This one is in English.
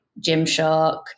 gymshark